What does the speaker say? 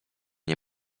nie